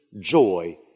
joy